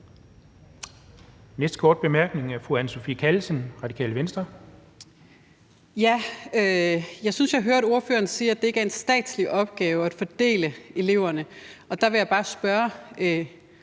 næste korte bemærkning er til fru Anne Sophie Callesen, Radikale Venstre. Kl. 12:04 Anne Sophie Callesen (RV): Jeg synes, at jeg hørte ordføreren sige, at det ikke er en statslig opgave at fordele eleverne. Der vil jeg bare spørge: